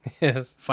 Yes